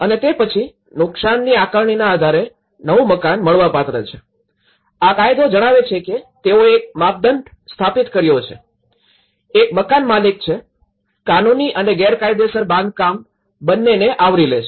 અને તે પછી નુકસાનની આકારણીના આધારે નવું મકાન મળવાપાત્ર છે આ કાયદો જણાવે છે કે તેઓએ એક માપદંડ સ્થાપિત કર્યો છે એક મકાનમાલિક છે કાનૂની અને ગેરકાયદેસર બાંધકામો બંનેને આવરી લે છે